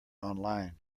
online